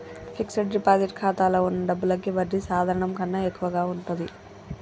fixed deposit ఖాతాలో వున్న డబ్బులకి వడ్డీ సాధారణం కన్నా ఎక్కువగా ఉంటది